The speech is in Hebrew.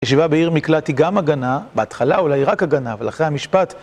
ישיבה בעיר מקלט היא גם הגנה, בהתחלה אולי רק הגנה, אבל אחרי המשפט...